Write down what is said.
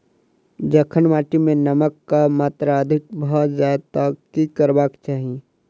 जखन माटि मे नमक कऽ मात्रा अधिक भऽ जाय तऽ की करबाक चाहि?